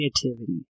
creativity